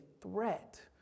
threat